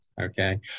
Okay